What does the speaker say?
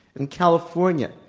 and california,